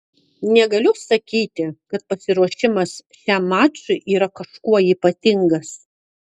negaliu sakyti kad pasiruošimas šiam mačui yra kažkuo ypatingas